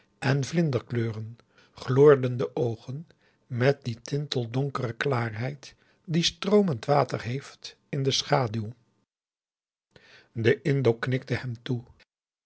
en vlinder kleuren gloorden de oogen met die tinteldonkere klaarheid die stroo augusta de wit orpheus in de dessa mend water heeft in de schaduw de indo knikte hem toe